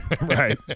Right